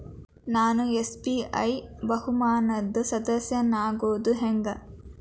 ನಾನು ಎಸ್.ಬಿ.ಐ ಬಹುಮಾನದ್ ಸದಸ್ಯನಾಗೋದ್ ಹೆಂಗ?